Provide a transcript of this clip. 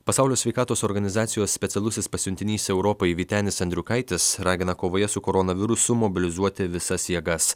pasaulio sveikatos organizacijos specialusis pasiuntinys europai vytenis andriukaitis ragina kovoje su koronavirusu mobilizuoti visas jėgas